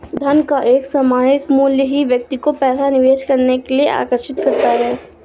धन का सामायिक मूल्य ही व्यक्ति को पैसा निवेश करने के लिए आर्कषित करता है